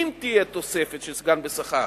אם תהיה תוספת של סגן בשכר,